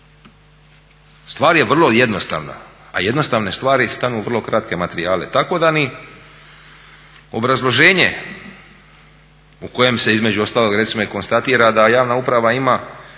Stvar je vrlo jednostavna, a jednostavne stvari stanu u vrlo kratke materijale, tako da ni obrazloženje u kojem se između ostalog recimo i konstatira da javna uprava ima